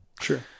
sure